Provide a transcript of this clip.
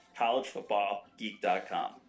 collegefootballgeek.com